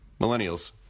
Millennials